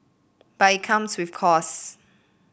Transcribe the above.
but it comes with costs